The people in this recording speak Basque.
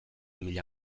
mila